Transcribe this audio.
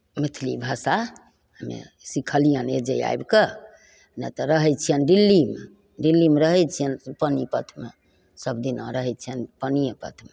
मैथिली भाषा हमे सिखलिअनि एहिजे आबिके नहि तऽ रहै छिअनि दिल्लीमे दिल्लीमे रहै छिअनि पानीपतमे सबदिना रहै छिअनि पानिएपतमे